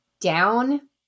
down